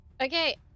okay